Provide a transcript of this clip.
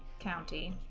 county